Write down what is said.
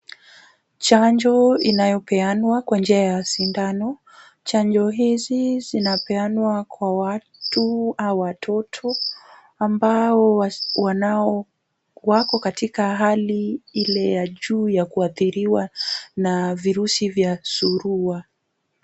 Chanjo inayopeanwa kwa njia ya sindano. Chanjo hizi zinapeanwa kwa watu au watoto ambao wanao wako katika hali ile ya juu ya kuadhiriwa na virusi vya surua.